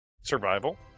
Survival